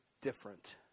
different